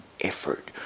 effort